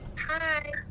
Hi